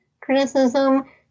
criticism